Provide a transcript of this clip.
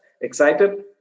Excited